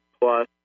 plus